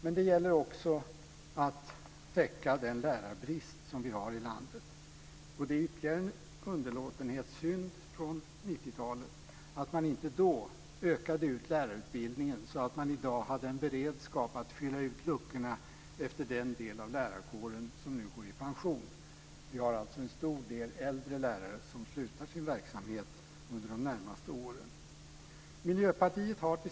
Men det gäller också att täcka den lärarbrist som vi har i landet, och det är ytterligare en underlåtenhetssynd från 90-talet att man inte då ökade ut lärarutbildningen så att man i dag hade haft en beredskap att fylla ut luckorna efter den del av lärarkåren som nu går i pension. Vi har alltså en stor del äldre lärare som slutar sin verksamhet under de närmaste åren.